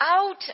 out